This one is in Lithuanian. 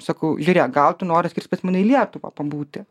sakau žiūrėk gal tu nori skrist pas mane į lietuvą pabūti